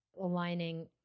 aligning